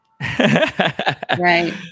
Right